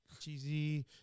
cheesy